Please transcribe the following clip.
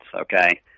okay